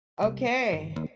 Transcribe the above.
Okay